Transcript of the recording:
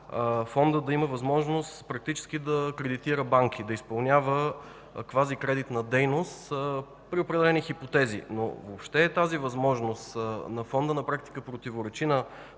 Фондът да има възможност практически да кредитира банки, да изпълнява квази-кредитна дейност при определени хипотези, но въобще тази възможност на Фонда на практика противоречи на